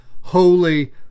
holy